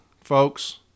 folks